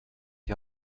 die